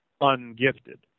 ungifted